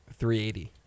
380